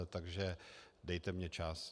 Takže dejte mi čas.